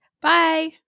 bye